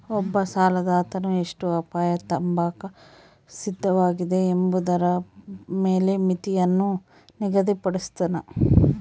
ಒಬ್ಬ ಸಾಲದಾತನು ಎಷ್ಟು ಅಪಾಯ ತಾಂಬಾಕ ಸಿದ್ಧವಾಗಿದೆ ಎಂಬುದರ ಮೇಲೆ ಮಿತಿಯನ್ನು ನಿಗದಿಪಡುಸ್ತನ